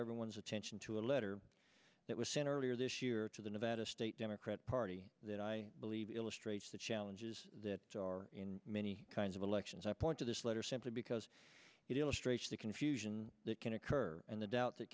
everyone's attention to a letter that was sent earlier this year to the nevada state democratic party that i believe illustrates the challenges that are in many kinds of elections i point to this letter simply because it illustrates the confusion that can occur and the doubt that